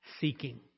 seeking